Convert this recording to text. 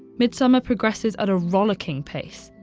midsummer progresses at a rollicking pace.